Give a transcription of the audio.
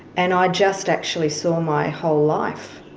and i just actually saw my whole life